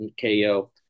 ko